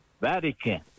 Vatican